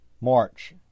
March